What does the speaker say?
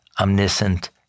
omniscient